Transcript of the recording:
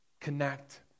connect